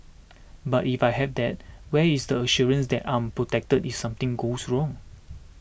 but if I have that where is the assurance that I'm protected if something goes wrong